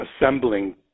assembling